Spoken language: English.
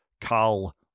Carl